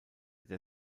der